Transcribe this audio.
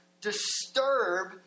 disturb